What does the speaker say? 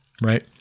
right